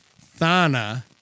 Thana